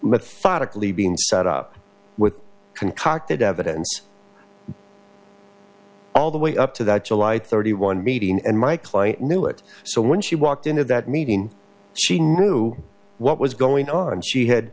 methodically being set up with concocted evidence all the way up to that july thirty one meeting and my client knew it so when she walked into that meeting she knew what was going on she had